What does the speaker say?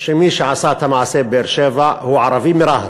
שמי שעשה את המעשה בבאר-שבע הוא ערבי מרהט.